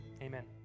amen